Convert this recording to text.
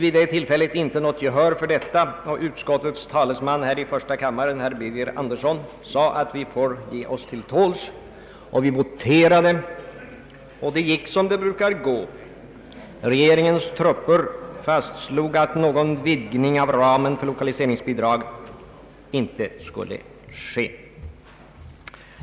Vi fick då inte något gehör för vårt förslag, och utskottets talesman i första kammaren, herr Birger Andersson, menade att vi får ge oss till tåls. Vi voterade och det gick som det brukar gå: regeringens trupper fastslog att någon vidgning av ramen för lokaliseringsbidrag inte skulle ske.